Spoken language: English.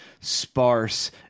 Sparse